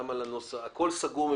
מבחינתי הכול סגור.